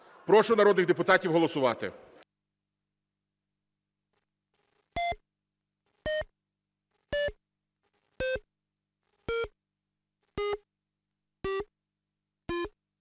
Прошу народних депутатів голосувати.